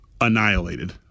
annihilated